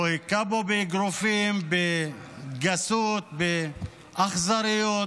הוא הכה בו באגרופים בגסות, באכזריות,